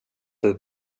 ett